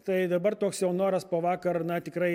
tai dabar toks jau noras po vakar na tikrai